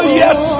yes